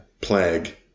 plague